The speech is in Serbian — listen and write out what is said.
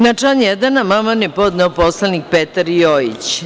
Na član 1. amandman je podneo poslanik Petar Jojić.